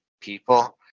people